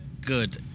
good